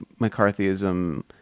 McCarthyism